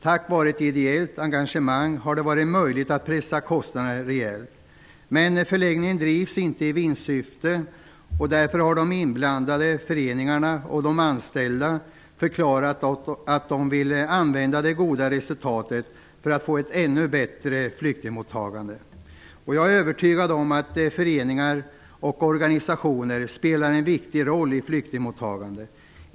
Tack vare ett ideellt engagemang har det varit möjligt att pressa kostnaderna rejält. Men förläggningen drivs inte i vinstsyfte. Därför har de inblandade föreningarna och de anställda förklarat att de vill använda det goda resultatet så att det blir ett ännu bättre flyktingmottagande. Jag är övertygad om att föreningar och organisationer spelar en viktig roll i flyktingmottagandet.